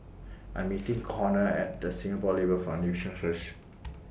I'm meeting Conner At The Singapore Labour Foundation First